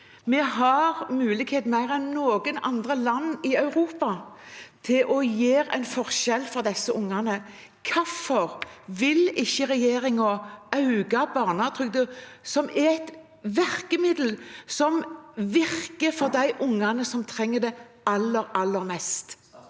Vi har mulighet mer enn noe annet land i Europa til å utgjøre en forskjell for disse ungene. Hvorfor vil ikke regjeringen øke barnetrygden, som er et virkemiddel som virker for de ungene som trenger det aller mest?